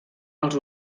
els